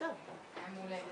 בהתחלה,